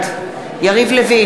בעד אורלי לוי אבקסיס, בעד יריב לוין,